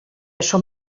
som